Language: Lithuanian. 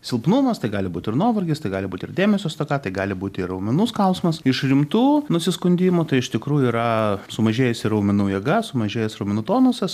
silpnumas tai gali būt ir nuovargis tai gali būt ir dėmesio stoka tai gali būti ir raumenų skausmas iš rimtų nusiskundimų tai iš tikrųjų yra sumažėjusi raumenų jėga sumažėjęs raumenų tonusas